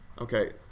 Okay